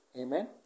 Amen